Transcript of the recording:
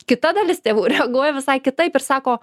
kita dalis tėvų reaguoja visai kitaip ir sako